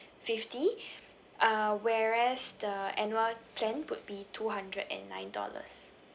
fifty uh whereas the annual plan would be two hundred and nine dollars